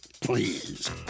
Please